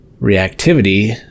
Reactivity